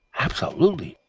absolutely.